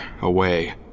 away